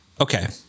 okay